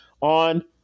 on